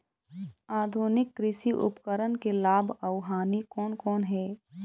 आधुनिक कृषि उपकरण के लाभ अऊ हानि कोन कोन हे?